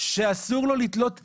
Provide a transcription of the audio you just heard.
שאסור לו לתלות שלט,